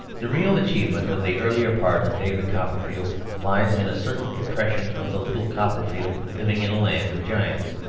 the real achievement of the earlier part of david copperfield lies in a certain impression of the little copperfield living in a land of giants.